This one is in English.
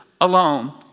alone